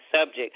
subject